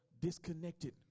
disconnected